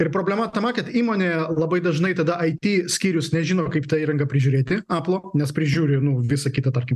ir problema tame kad įmonė labai dažnai tada it skyrius nežino kaip ta įrangą prižiūrėti aplo nes prižiūri nu visa kita tarkim tarkim